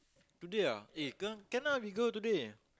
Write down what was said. today ah eh go can ah we go today